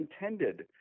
intended